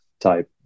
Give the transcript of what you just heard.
type